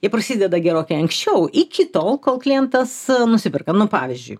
jie prasideda gerokai anksčiau iki tol kol klientas nusiperka nu pavyzdžiui